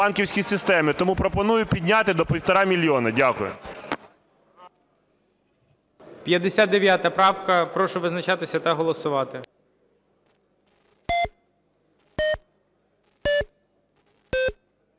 Тому пропоную підняти до 1,5 мільйона. Дякую.